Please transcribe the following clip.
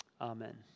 amen